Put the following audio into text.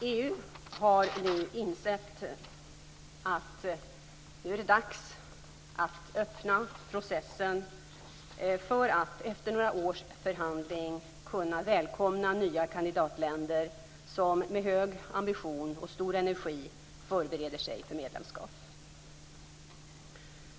EU har insett att det nu är dags att öppna processen för att efter några års förhandlingar välkomna nya kandidatländer som med hög ambition och stor energi förbereder sig för medlemskap.